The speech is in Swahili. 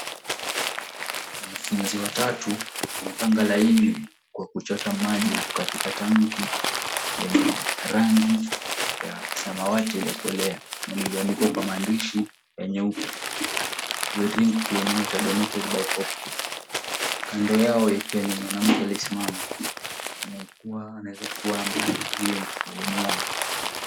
Wanafunzi watatu wamepanga laini kwa kuchota maji kwenye tangi lenye rangi ya samawati iliyokolea na lililo andikwa kwa maandishi ya nyeupe, We drink rain water donated by Hopkins . Kando yao ikiwa ni mwanamke aliyesimama, anayeweza kuwa yule ndiye mwalimu wao.